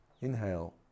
Inhale